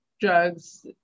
drugs